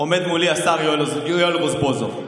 עומד מולי השר יואל רזבוזוב.